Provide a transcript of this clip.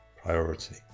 priority